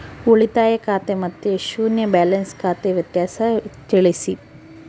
ಉಳಿತಾಯ ಖಾತೆ ಮತ್ತೆ ಶೂನ್ಯ ಬ್ಯಾಲೆನ್ಸ್ ಖಾತೆ ವ್ಯತ್ಯಾಸ ತಿಳಿಸಿ?